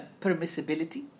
permissibility